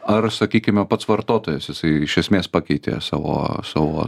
ar sakykime pats vartotojas jisai iš esmės pakeitė savo savo